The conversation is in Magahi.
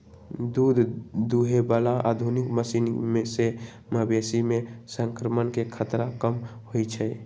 दूध दुहे बला आधुनिक मशीन से मवेशी में संक्रमण के खतरा कम होई छै